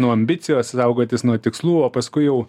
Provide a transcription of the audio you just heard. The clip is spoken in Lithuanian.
nuo ambicijos saugotis nuo tikslų o paskui jau